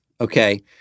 Okay